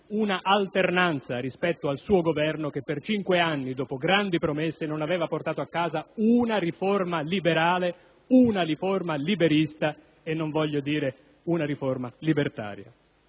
un'alternanza rispetto al suo Governo che per cinque anni, dopo grandi promesse, non aveva portato a casa una riforma liberale, una riforma liberista e non voglio dire una riforma libertaria.